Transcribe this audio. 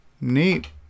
Neat